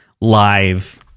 live